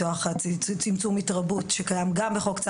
מכוח צמצום התרבות שקיים גם בחוק צער